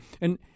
and-